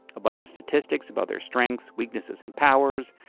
a bunch of statistics about their strengths, weaknesses, and powers,